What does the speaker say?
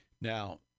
Now –